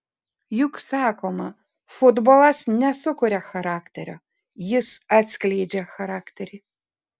juk sakoma futbolas nesukuria charakterio jis atskleidžia charakterį